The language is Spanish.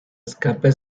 escape